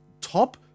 top